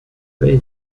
fraser